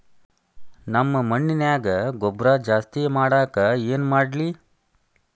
ನಮ್ಮ ಮಣ್ಣಿನ್ಯಾಗ ಗೊಬ್ರಾ ಜಾಸ್ತಿ ಮಾಡಾಕ ಏನ್ ಮಾಡ್ಲಿ?